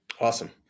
Awesome